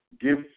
Give